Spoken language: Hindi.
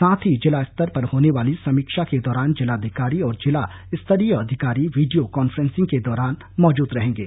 साथ ही जिला स्तर पर होने वाली समीक्षा के दौरान जिलाधिकारी और जिला स्तरीय अधिकारी वीडियो कांफ्रेंसिंग के दौरान मौजूद रहेंगे